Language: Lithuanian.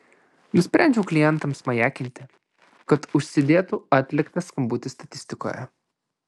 nusprendžiau klientams majakinti kad užsidėtų atliktas skambutis statistikoje